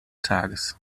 tages